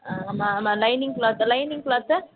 ஆ ஆமாம் ஆமாம் lining cloth lining cloth